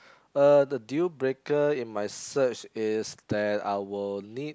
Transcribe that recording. uh the dealbreaker in my search is that I will need